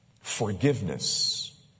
forgiveness